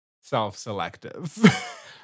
self-selective